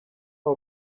how